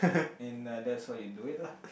and uh that's how you do it lah